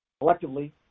Collectively